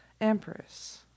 Empress